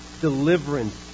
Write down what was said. deliverance